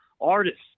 artists